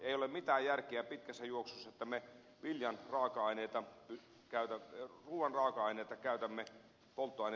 ei ole mitään järkeä pitkässä juoksussa että me ruuan raaka aineita käytämme polttoaineen tuotantoon